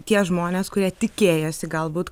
tie žmonės kurie tikėjosi galbūt